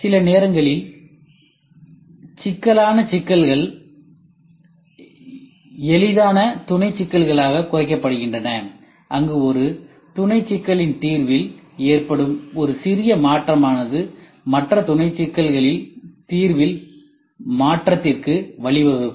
சில நேரங்களில் சிக்கலான சிக்கல்கள் எளிதான துணை சிக்கல்களாக குறைக்கப்படுகின்றன அங்கு ஒரு துணை சிக்கலின் தீர்வில் ஏற்படும் ஒரு சிறிய மாற்றமானது மற்ற துணை சிக்கல் தீர்வில் மாற்றத்திற்கு வழிவகுக்கும்